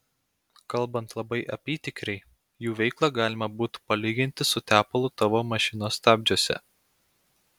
kalbant labai apytikriai jų veiklą galima būtų palyginti su tepalu tavo mašinos stabdžiuose